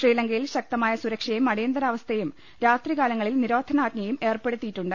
ശ്രീലങ്കയിൽ ശക്തമായ സുര ക്ഷയും അടിയന്തരാവസ്ഥയും രാത്രികാലങ്ങളിൽ നിരോധനാ ജ്ഞയും ഏർപ്പെടുത്തിയിട്ടുണ്ട്